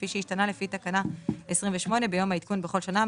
כפי שהשתנה לפי תקנה 28 ביום העדכון בכל שנה,